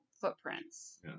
footprints